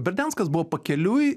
berdianskas buvo pakeliui